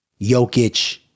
Jokic